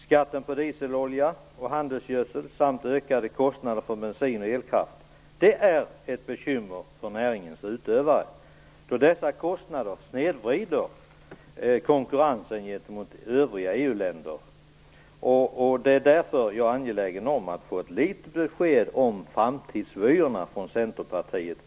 Skatten på dieselolja och handelsgödsel samt ökade kostnader för bensin och elkraft är ett bekymmer för näringens utövare då dessa kostnader snedvrider konkurrensen gentemot övriga EU-länder. Det är därför som jag är angelägen om att få ett besked om framtidsvyerna hos Centerpartiet.